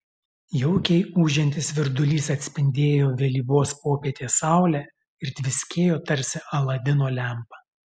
jaukiai ūžiantis virdulys atspindėjo vėlyvos popietės saulę ir tviskėjo tarsi aladino lempa